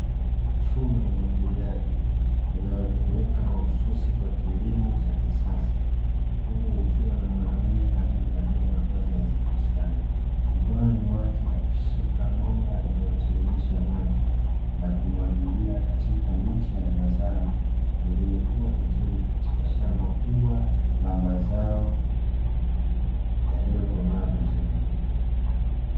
Mifumo ya umwagiliaji inayotumika mahususi kwa kilimo cha kisasa, huku kukiwa na mwanamume aliyevalia mavazi nazifu sana mkononi; mwake akishika bomba linalotiririsha maji na kumwagilia katika miche ya mazao; iliyokua vizuri katika shamba kubwa la mazao yaliyokomaa vizuri.